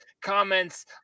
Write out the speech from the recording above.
comments